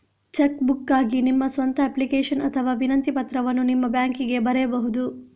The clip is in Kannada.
ಚೆಕ್ ಬುಕ್ಗಾಗಿ ನಿಮ್ಮ ಸ್ವಂತ ಅಪ್ಲಿಕೇಶನ್ ಅಥವಾ ವಿನಂತಿ ಪತ್ರವನ್ನು ನಿಮ್ಮ ಬ್ಯಾಂಕಿಗೆ ಬರೆಯಬಹುದು